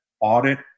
audit